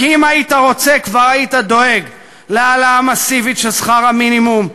כי אם היית רוצה כבר היית דואג להעלאה מסיבית של שכר המינימום,